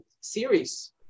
series